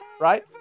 right